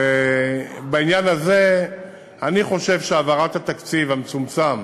בעניין הזה אני חושב שהעברת התקציב המצומצם